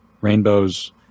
rainbows